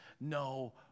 no